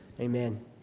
amen